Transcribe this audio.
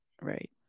right